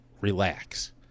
relax